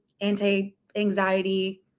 anti-anxiety